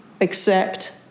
accept